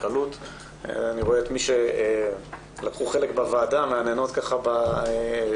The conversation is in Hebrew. אני רואה את מי שלקחו חלק בוועדה מהנהנות בראשן,